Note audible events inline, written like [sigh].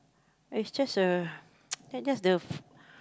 it's just a [noise] that's just the